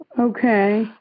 Okay